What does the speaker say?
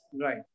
Right